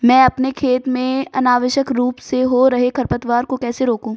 मैं अपने खेत में अनावश्यक रूप से हो रहे खरपतवार को कैसे रोकूं?